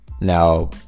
Now